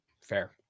fair